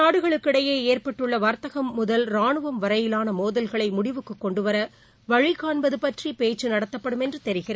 நாடுகளுக்கிடையேஏற்பட்டுள்ளவர்த்தகம் இந்த இரு முதல் ரானுவம் வரையிலானமோதல்களைமுடிவுக்குக் கொண்டுவர வழிகாண்பதுபற்றிபேச்சுநடத்தப்படும் என்றுதெிகிறது